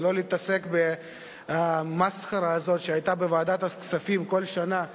ולא להתעסק ב"מסחרה" הזאת שהיתה בוועדת הכספים כל שנה,